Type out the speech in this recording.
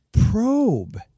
probe